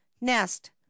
Nest